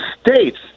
states